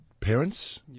parents